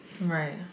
Right